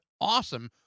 awesome